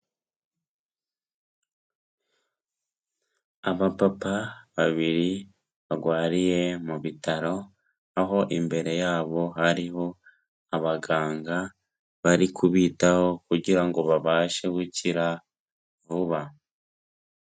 Abapapa babiri barwariye mu bitaro aho imbere yabo hariho abaganga bari kubitaho kugira ngo babashe gukira vuba.